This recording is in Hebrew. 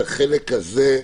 האם כדי לממש את החלק הזה,